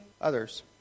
others